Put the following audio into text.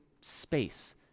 space